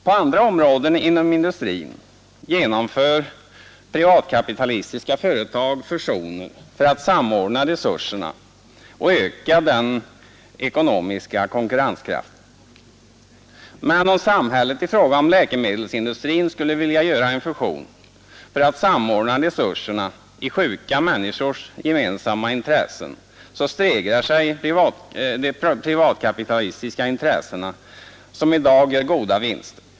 På andra områden inom industrin genomför privatkapitalistiska företag fusioner för att samordna resurserna och öka den ekonomiska konkurrenskraften. Men om samhället i fråga om läkemedelsindustrin skulle vilja göra en fusion för att samordna resurserna i sjuka människors gemensamma intresse, så stegrar sig privatkapitalistiska intressen som i dag gör goda vinster.